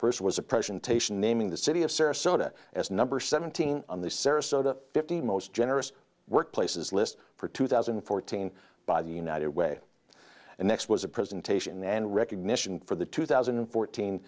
first was a presentation naming the city of sarasota as number seventeen on the sarasota fifty most generous workplaces list for two thousand and fourteen by the united way and next was a presentation and recognition for the two thousand and fourteen